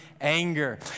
anger